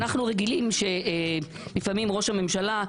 אנחנו רגילים שלפעמים ראש הממשלה,